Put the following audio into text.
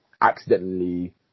accidentally